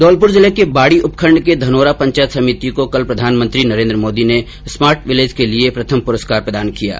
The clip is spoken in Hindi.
धौलप्र जिले के बाडी उपखण्ड के धनोरा पंचायत समिति को कल प्रधानमंत्री नरेन्द्र मोदी ने स्मार्ट विलेज के लिये प्रथम पुरस्कार प्रदान किया है